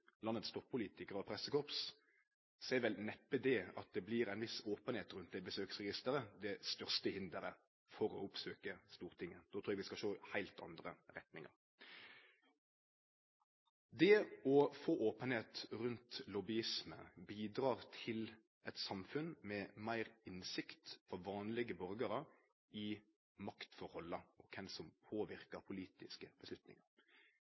er vel neppe det at det blir ei viss openheit rundt besøksregisteret det største hinderet for å oppsøkje Stortinget. Eg trur vi skal sjå i heilt andre retningar. Det å få openheit rundt lobbyisme bidrar til eit samfunn med meir innsikt for vanlege borgarar i maktforholda og kven som